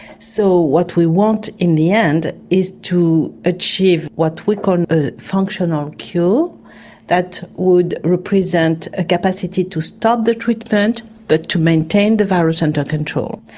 so what we want in the end is to achieve what we call a functional cure that would represent a capacity to stop the treatment but to maintain the virus under control.